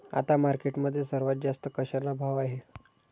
आता मार्केटमध्ये सर्वात जास्त कशाला भाव आहे?